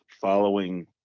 following